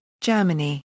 Germany